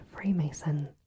Freemason